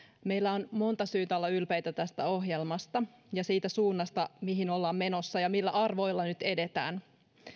meillä on monta syytä olla ylpeitä tästä ohjelmasta ja siitä suunnasta mihin ollaan menossa ja siitä millä arvoilla nyt edetään